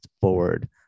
forward